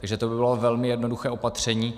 Takže to by bylo velmi jednoduché opatření.